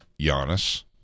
Giannis